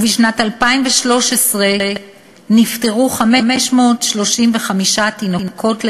ובשנת 2013 נפטרו 535 תינוקות,